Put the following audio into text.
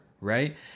right